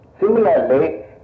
Similarly